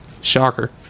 Shocker